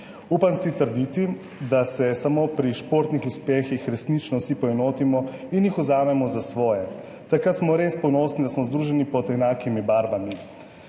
Upam si trditi, da se samo pri športnih uspehih resnično vsi poenotimo in jih vzamemo za svoje. Takrat smo res ponosni, da smo združeni pod enakimi barvami.